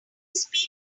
speak